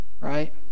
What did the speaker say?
right